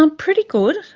um pretty good,